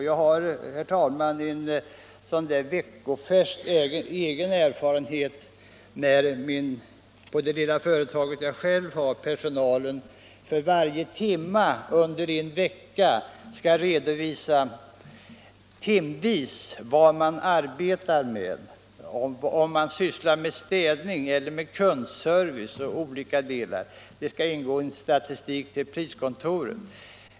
Jag har, herr talman, en veckofärsk egen erfarenhet av detta från det lilla företag jag själv har. Där har personalen för varje timme under en veckas tid måst redovisa vad var och en sysslar med — städning, kundservice osv. Det skall ingå i en statistik till priskontoren.